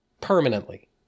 permanently